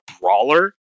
brawler